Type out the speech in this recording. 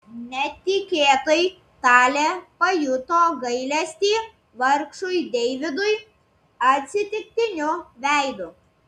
netikėtai talė pajuto gailestį vargšui deividui atsitiktiniu veidu